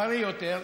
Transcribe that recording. בריא יותר,